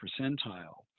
percentile